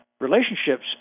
Relationships